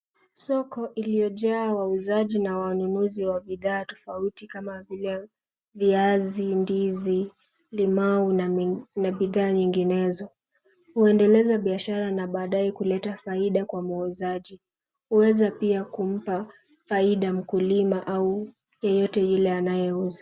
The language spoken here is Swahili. Soko iliyojaa wauzaji na wanunuzi wa bidhaa tofauti kama vile; viazi, ndizi, limau na bidhaa nyinginezo. Huendeleza biashara na baadaye kuleta faida kwa muuzaji. Huweza pia kumpa faida mkulima au yeyote yule anayeuza.